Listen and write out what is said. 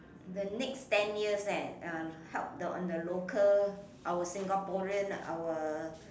the next ten years eh uh help on the local our Singaporean our